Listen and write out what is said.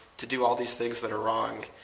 to do all these things that are wrong.